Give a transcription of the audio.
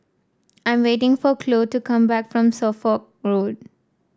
I am waiting for Chloe to come back from Suffolk Road